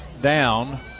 down